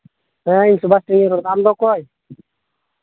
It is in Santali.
ᱦᱮᱸ ᱤᱧ ᱥᱩᱵᱷᱟᱥᱤᱧ ᱨᱚᱲᱫᱟ ᱟᱢ ᱫᱚ ᱚᱠᱚᱭ